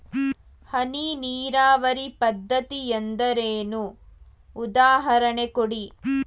ಹನಿ ನೀರಾವರಿ ಪದ್ಧತಿ ಎಂದರೇನು, ಉದಾಹರಣೆ ಕೊಡಿ?